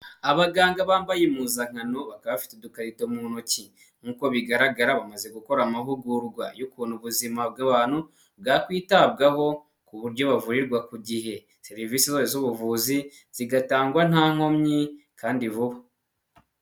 Abaganga bambaye impuzankano baka udukarito mu ntoki nk'uko bigaragara bamaze gukora amahugurwa y'ukuntu ubuzima bw'abantu bwakwitabwaho ku buryo bavurirwa ku gihe. Serivise zabo z'ubuvuzi zigatangwa nta nkomyi kandi vuba.